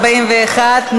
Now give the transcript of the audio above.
41,